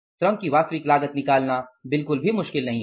श्रम की वास्तविक लागत निकालना बिल्कुल भी मुश्किल नहीं है